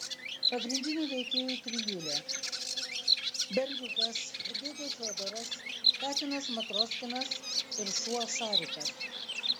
pagrindinių veikėjų trijulė berniukas dėdė fiodoras katinas matroskinas ir šuo šarikas